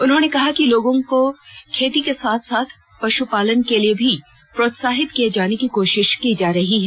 उन्होंने कहा कि लोगों को खेती के साथ साथ पशपालन के लिए भी प्रोत्साहित किया जाने की कोशिश की जा रही है